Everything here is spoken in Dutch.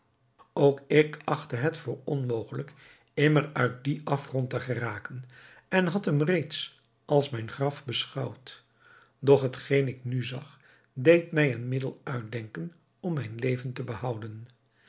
ook ik achtte het voor onmogelijk immer uit dien afgrond te geraken en had hem reeds als mijn graf beschouwd doch hetgeen ik nu zag deed mij een middel uitdenken om mijn leven te behouden